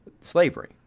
slavery